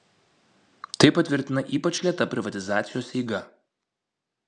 tai patvirtina ypač lėta privatizacijos eiga